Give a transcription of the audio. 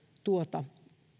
tuota